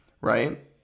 right